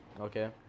Okay